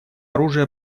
оружия